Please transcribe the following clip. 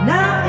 Now